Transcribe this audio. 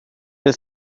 der